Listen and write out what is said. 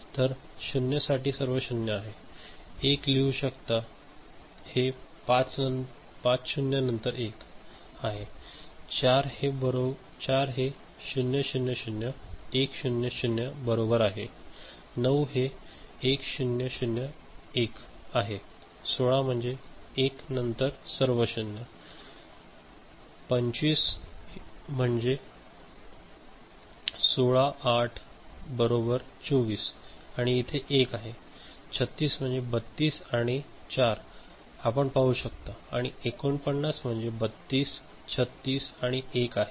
तर 0 साठी सर्व 0 आहे 1 लिहू शकता हे पाच 0 नंतर 1 आहे 4 हे 0 0 0 1 0 0 बरोबर आहे 9 हे 1 0 0 1 आहे 16 म्हणजे 1 नंतर सर्व 0 आहे 25 येथे म्हणजे 16 8 बरोबर 24 आणि इथे 1 आहे 36 मध्ये हे 32 आणि 4 आपण पाहू शकता आणि 49 म्हणजे 32 16 आणि 1 आहे